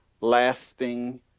lasting